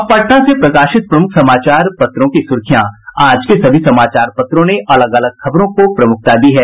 अब पटना से प्रकाशित प्रमुख समाचार पत्रों की सुर्खियां आज के सभी समाचार पत्रों ने अलग अलग खबर को प्रमुखता दी है